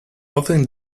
often